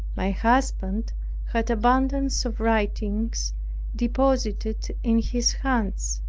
my husband had abundance of writings deposited in his hands.